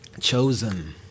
Chosen